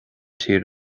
tír